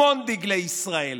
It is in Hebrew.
המון דגלי ישראל,